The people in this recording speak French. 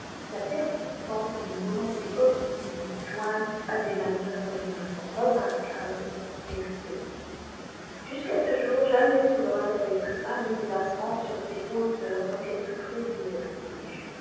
la persistance dune volonté obstinée jointe à des manœuvres d'une remarquable dextérité jusqu'à ce jour jamais souverain n'avait pu amener la france sur ces hauteurs sans qu'elle fût prise de vertige